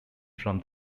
from